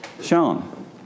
Sean